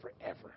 forever